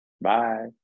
bye